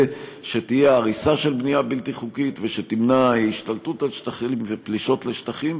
שתהיה הריסה של בנייה בלתי חוקית שתמנע השתלטות על שטחים ופלישות לשטחים.